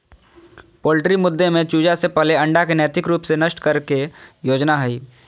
poultry मुद्दे में चूजा से पहले अंडा के नैतिक रूप से नष्ट करे के योजना हइ